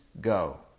go